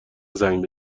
زنگ